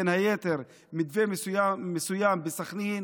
ובין היתר על מתווה מסוים בסח'נין.